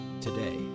today